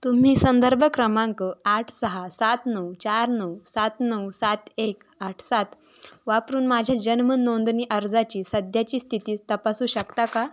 तुम्ही संदर्भ क्रमांक आठ सहा सात नऊ चार नऊ सात नऊ सात एक आठ सात वापरून माझ्या जन्मनोंदणी अर्जाची सध्याची स्थिती तपासू शकता का